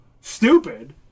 stupid